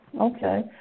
okay